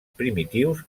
primitius